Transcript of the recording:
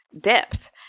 depth